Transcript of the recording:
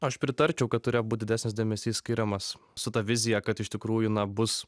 aš pritarčiau kad turėjo būt didesnis dėmesys skiriamas su ta vizija kad iš tikrųjų na bus